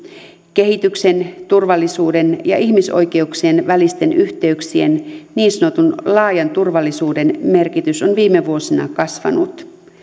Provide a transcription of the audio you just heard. kehityksen turvallisuuden ja ihmisoikeuksien välisten yhteyksien niin sanotun laajan turvallisuuden merkitys on viime vuosina kasvanut